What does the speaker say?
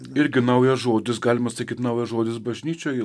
irgi naujas žodis galima sakyti naujas žodis bažnyčioj